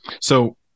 So-